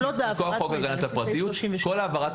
כל העברת מידע בין גופים ציבוריים דורשת אישור.